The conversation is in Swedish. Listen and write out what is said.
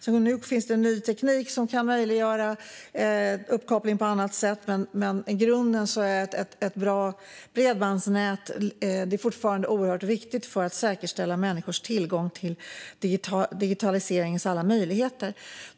Nu finns teknik som möjliggör uppkoppling på nya sätt, men i grunden är ett bra bredbandsnät fortfarande oerhört viktigt för att säkerställa människors tillgång till digitaliseringens alla möjligheter.